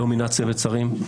לא מינה צוות שרים,